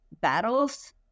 battles